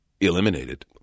eliminated